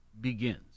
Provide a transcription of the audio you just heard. begins